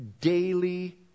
daily